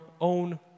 own